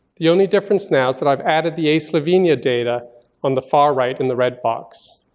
the only difference now is that i've added the a slovenia data on the far right in the red box.